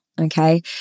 Okay